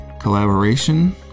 collaboration